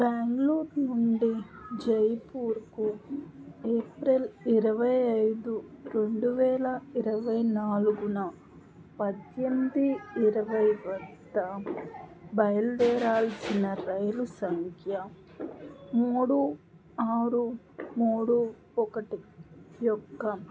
బెంగళూరు నుండి జైపూర్కు ఏప్రిల్ ఇరవై ఐదు రెండు వేల ఇరవై నాలుగున పద్ధెనిమిది ఇరవై వద్ద బయలుదేరాల్సిన రైలు సంఖ్య మూడు ఆరు మూడు ఒకటి యొక్క